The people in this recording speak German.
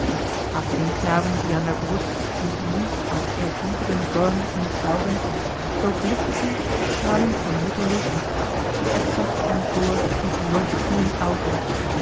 hatte den knaben sie an der brust und ließ am ergiebigen born ihn saugen so blickte sie strahlend von mutterlust zu edzard empor mit leuchtenden augen